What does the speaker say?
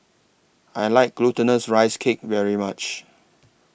I like Glutinous Rice Cake very much